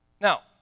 Now